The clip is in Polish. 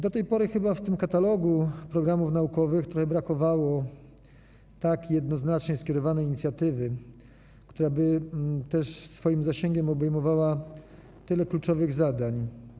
Do tej pory w katalogu programów naukowych trochę chyba brakowało tak jednoznacznie skierowanej inicjatywy, która by swoim zasięgiem obejmowała tyle kluczowych zadań.